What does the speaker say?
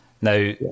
Now